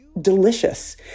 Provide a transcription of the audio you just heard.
delicious